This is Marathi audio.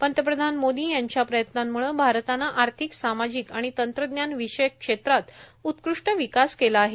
पंतप्रधान मोदी यांच्या प्रयत्नांमुळं भारतानं आर्थिक सामाजिक आणि तंत्रज्ञान विषयक क्षेत्रात उत्कृष्ट विकास केला आहे